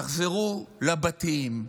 תחזרו לבתים,